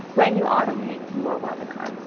when you automate your webinar,